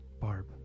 Barb